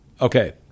Okay